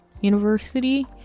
university